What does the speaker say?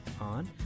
on